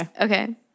Okay